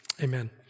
amen